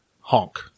honk